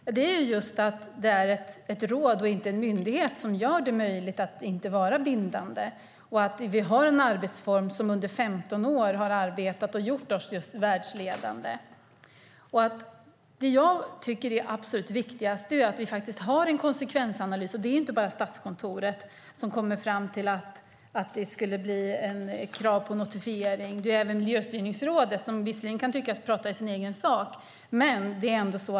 Herr talman! Det är just att det är ett råd och inte en myndighet som gör det möjligt att inte vara bindande. Vi har en arbetsform som under 15 år har fungerat och gjort oss världsledande. Det som är absolut viktigast är att vi har en konsekvensanalys. Det är inte bara Statskontoret som kommer fram till att det skulle bli krav på notifiering. Även Miljöstyrningsrådet - som visserligen kan tyckas tala i egen sak - gör det.